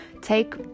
Take